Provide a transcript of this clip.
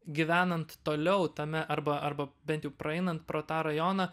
gyvenant toliau tame arba arba bent jau praeinant pro tą rajoną